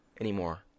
anymore